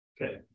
Okay